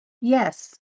Yes